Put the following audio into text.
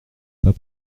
pas